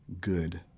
good